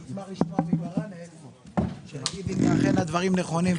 אני אשמח לשמוע מברנס שיגיד לי אם אכן הדברים נכונים,